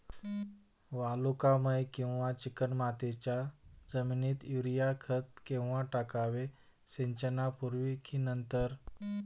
वालुकामय किंवा चिकणमातीच्या जमिनीत युरिया खत केव्हा टाकावे, सिंचनापूर्वी की नंतर?